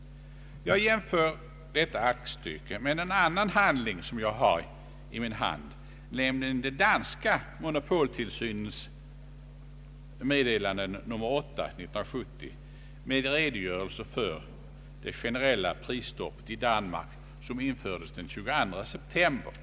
Jag jämför detta aktstycke med en annan handling som jag har i min hand, nämligen det danska Monopoltilsynets Meddelelser nr 8 år 1970 med redogörelse för det generella prisstoppet i Danmark, som infördes den 22 september i år.